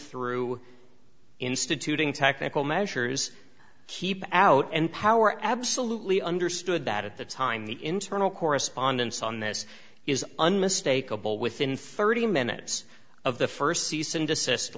through instituting technical measures keep out and power absolutely understood that at the time the internal correspondence on this is unmistakable within thirty minutes of the first ceas